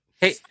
Hey